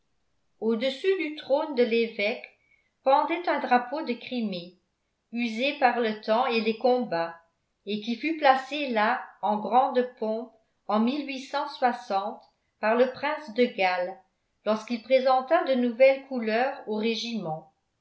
au-dessus du trône de l'évêque pendait un drapeau de crimée usé par le temps et les combats et qui fut placé là en grande pompe en par le prince de galles lorsqu'il présenta de nouvelles couleurs au régiment